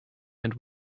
and